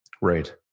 Right